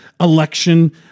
election